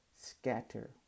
Scatter